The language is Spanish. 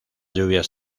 lluvias